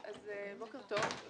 בוקר טוב,